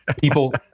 People